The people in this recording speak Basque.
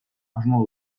asmoa